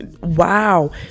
wow